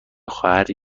خواهری